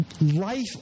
life